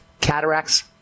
Cataracts